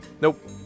Nope